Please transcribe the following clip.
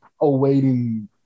awaiting